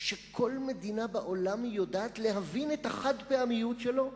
שכל מדינה בעולם יודעת להבין את החד-פעמיות שלו.